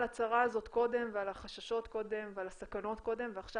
הצרה הזאת קודם ועל החששות קודם ועל הסכנות קודם ועכשיו